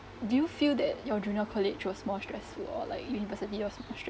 do you feel that your junior college was more stressful or like university was more